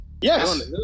Yes